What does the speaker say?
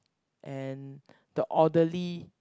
and the orderly